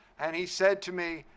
and he said to me,